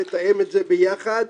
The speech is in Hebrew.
לתאם את זה ביחד.